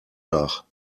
nach